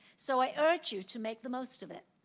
so, i urge you to make the most of it.